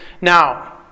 Now